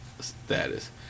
status